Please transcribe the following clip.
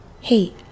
Hey